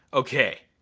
okay.